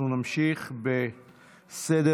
אנחנו נמשיך בסדר-היום.